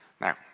Now